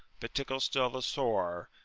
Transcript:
but tickles still the sore.